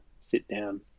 sit-down